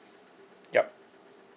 yup